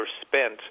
spent